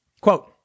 Quote